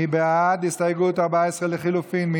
מי בעד הסתייגות 14 לחלופין?